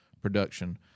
production